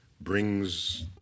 brings